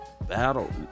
Battle